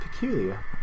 peculiar